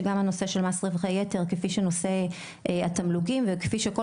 שגם הנושא של מס רווחי יתר כפי שנושא התמלוגים וכפי שכל